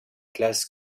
classe